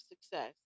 success